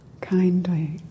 kindly